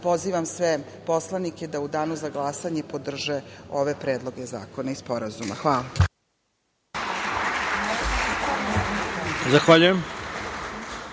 pozivam sve poslanike da u danu za glasanje podrže ove predloge zakona i sporazuma. Hvala.